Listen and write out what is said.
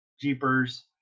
Jeepers